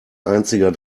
einziger